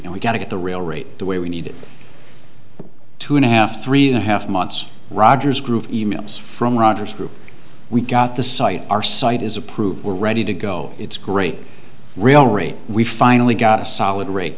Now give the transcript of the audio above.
and we've got to get the real rate the way we need two and a half three and a half months rogers group emails from rogers group we got the site our site is approved we're ready to go it's great real rate we finally got a solid rate